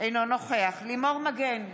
לימור מגן תלם,